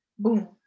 Boom